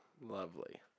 Lovely